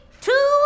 two